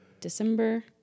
December